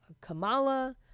Kamala